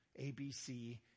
ABC